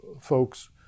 folks